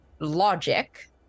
Logic